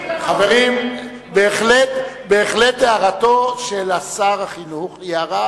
חברים, בהחלט, הערתו של שר החינוך היא הערה